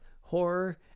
horror